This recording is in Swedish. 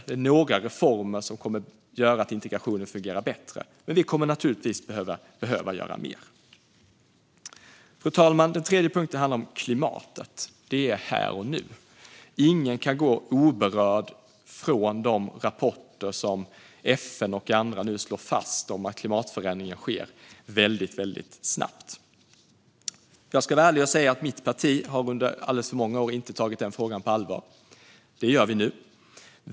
Detta är reformer som kommer att göra att integrationen fungerar bättre, men vi kommer naturligtvis att behöva göra mer. Fru talman! Det tredje området handlar om klimatet. Det är här och nu. Ingen kan vara oberörd av de rapporter där FN och andra nu slår fast att klimatförändringar sker väldigt, väldigt snabbt. Jag ska vara ärlig och säga att mitt parti under alldeles för många år inte har tagit den frågan på allvar. Det gör vi nu.